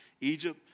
Egypt